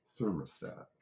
thermostat